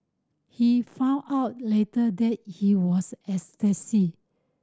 he found out later that he was ecstasy